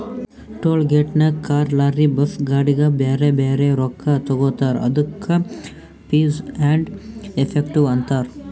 toll ಗೇಟ್ನಾಗ್ car, lorry, bus, ಗಾಡಿಗ ಬ್ಯಾರೆ ಬ್ಯಾರೆ ರೊಕ್ಕಾ ತಗೋತಾರ್ ಅದ್ದುಕ ಫೀಸ್ ಆ್ಯಂಡ್ ಎಫೆಕ್ಟಿವ್ ಅಂತಾರ್